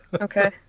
Okay